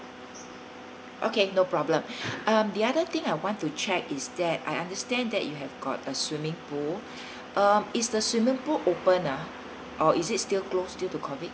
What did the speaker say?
okay no problem um the other thing I want to check is that I understand that you have got a swimming pool uh is the swimming pool open ah or is it still close due to COVID